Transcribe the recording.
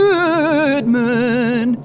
Goodman